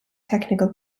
technical